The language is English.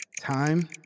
Time